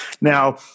Now